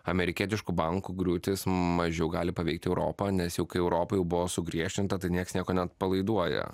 amerikietiškų bankų griūtys mažiau gali paveikti europą nes jau europoj jau buvo sugriežtinta tai nieks nieko neatpalaiduoja